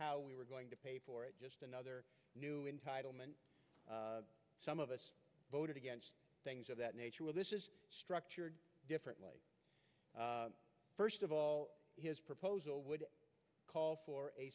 how we were going to pay for it just another entitlement some of us voted against things of that nature this is structured differently first of all his proposal would call for a